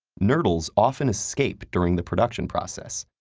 nurdles often escape during the production process,